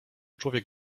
człowiek